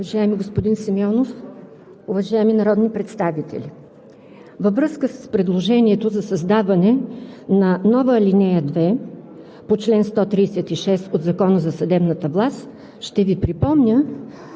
Уважаеми господин Симеонов, уважаеми народни представители! Във връзка с предложението за създаване на нова ал. 2 в чл. 136 от Закона за съдебната власт ще Ви припомня